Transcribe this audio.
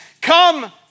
Come